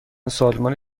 سالمون